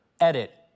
edit